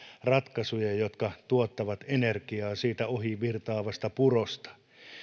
ratkaisuja jotka tuottavat energiaa siitä ohi virtaavasta purosta